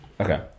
Okay